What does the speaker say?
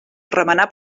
remenar